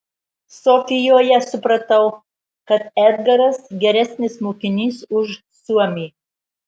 sofijoje supratau kad edgaras geresnis mokinys už suomį